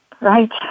Right